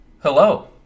Hello